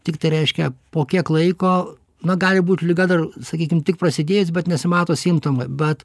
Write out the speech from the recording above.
tik tai reiškia po kiek laiko na gali būt liga dar sakykim tik prasidėjus bet nesimato simptomai bet